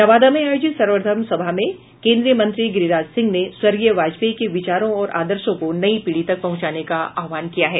नवादा में आयोजित सर्वधर्म सभा में केन्द्रीय मंत्री गिरिराज सिंह ने स्वर्गीय वाजपेयी के विचारों और आदर्शों को नई पीढ़ी तक पहुंचाने का आहवान किया है